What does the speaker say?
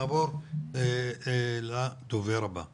אנחנו נעבור לדובר הבא.